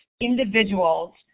individuals